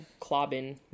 clobbing